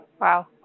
Wow